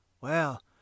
Well